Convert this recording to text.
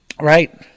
Right